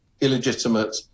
illegitimate